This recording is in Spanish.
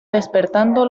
despertando